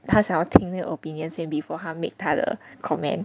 他想要听你的 opinion 先 before 他 make 他的 comment